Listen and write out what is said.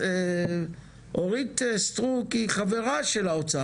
אורית סטרוק היא חברה של האוצר.